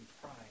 pride